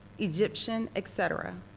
egyptian, etcetera?